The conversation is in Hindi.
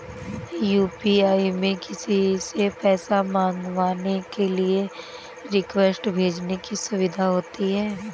यू.पी.आई में किसी से पैसा मंगवाने के लिए रिक्वेस्ट भेजने की सुविधा होती है